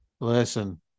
Listen